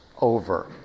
over